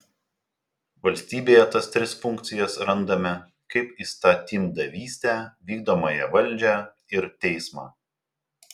valstybėje tas tris funkcijas randame kaip įstatymdavystę vykdomąją valdžią ir teismą